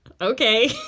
Okay